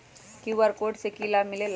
QR code से कि कि लाव मिलेला?